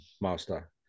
Master